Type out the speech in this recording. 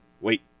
Wait